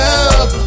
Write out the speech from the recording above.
up